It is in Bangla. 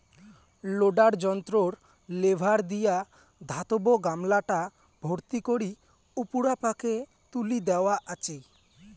লোডার যন্ত্রর লেভার দিয়া ধাতব গামলাটা ভর্তি করি উপুরা পাকে তুলি দ্যাওয়া আচে